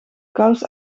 kous